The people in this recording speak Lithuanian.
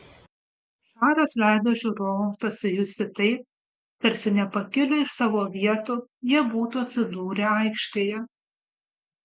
šaras leido žiūrovams pasijusti taip tarsi nepakilę iš savo vietų jie būtų atsidūrę aikštėje